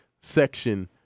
section